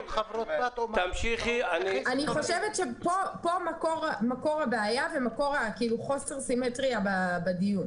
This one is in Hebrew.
אני חושבת שכאן מקור הבעיה וחוסר הסימטריה בדיון.